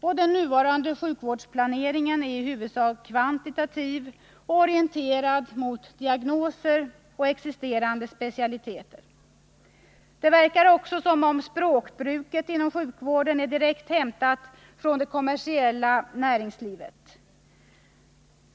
Och den nuvarande sjukvårdsplaneringen är i huvudsak kvantitativ och orienterad mot diagnoser och existerande specialiteter. Det verkar också som om språkbruket inom sjukvården är direkt hämtat från det kommersiella näringslivet.